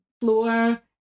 floor